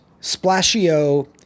Splashio